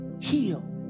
Heal